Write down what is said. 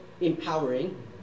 empowering